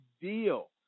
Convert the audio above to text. deal